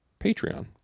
patreon